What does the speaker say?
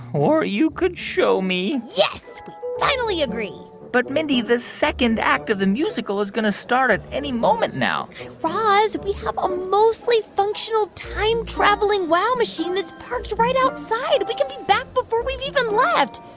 or you could show me yes, we finally agree but, mindy, the second act of the musical is going to start at any moment now guy raz, we have a mostly functional time-traveling wow machine that's parked right outside. we can be back before we've even left.